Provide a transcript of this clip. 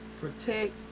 protect